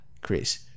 Chris